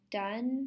done